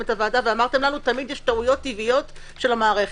את הוועדה ואמרתם שתמיד יש טעויות טבעיות של המערכת.